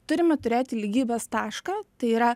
turime turėti lygybės tašką tai yra